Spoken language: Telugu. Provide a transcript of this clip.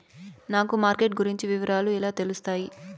నాకు మార్కెట్ గురించి వివరాలు ఎలా తెలుస్తాయి?